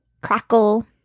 Crackle